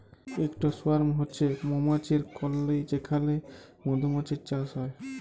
ইকট সোয়ার্ম হছে মমাছির কললি যেখালে মধুমাছির চাষ হ্যয়